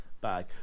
Bag